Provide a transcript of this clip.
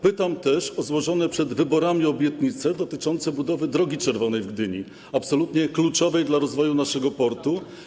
Pytam też o złożone przed wyborami obietnice dotyczące budowy Drogi Czerwonej w Gdyni, absolutnie kluczowej dla rozwoju naszego portu.